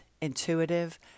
intuitive